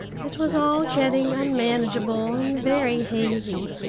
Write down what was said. it was all getting unmanageable and very hazy,